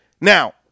Now